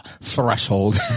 threshold